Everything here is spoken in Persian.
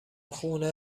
خونه